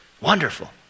wonderful